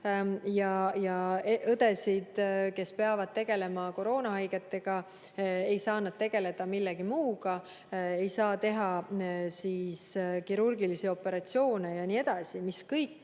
ja õed, kes peavad tegelema koroonahaigetega, ei saa tegeleda millegi muuga, ei saa teha kirurgilisi operatsioone ja nii edasi. See kõik